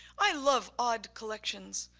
i love odd collections,